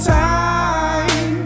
time